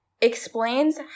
explains